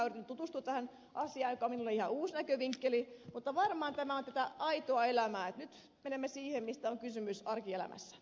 yritän tutustua tähän asiaan joka on minulle ihan uusi näkövinkkeli mutta varmaan tämä on tätä aitoa elämää että nyt menemme siihen mistä on kysymys arkielämässä